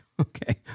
Okay